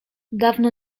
dawno